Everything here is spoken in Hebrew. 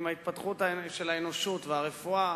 עם ההתפתחות של האנושות והרפואה,